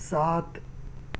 سات